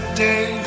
day